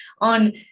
on